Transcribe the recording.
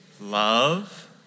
Love